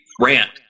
rant